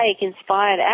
inspired